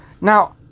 Now